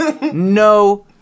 No